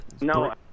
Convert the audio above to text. No